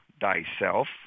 Thyself